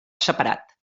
separat